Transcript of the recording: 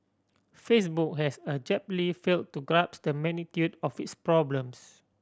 Facebook has abjectly fail to grasp the magnitude of its problems